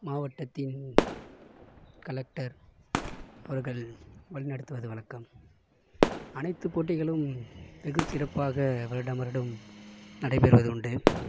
மாவட்டத்தின் கலெக்டர் அவர்கள் வழி நடத்துவது வழக்கம் அனைத்துப் போட்டிகளும் வெகு சிறப்பாக வருடம் வருடம் நடைபெறுவது உண்டு